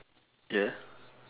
ya